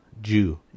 Jew